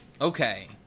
Okay